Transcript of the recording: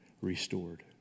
restored